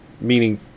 Meaning